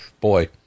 boy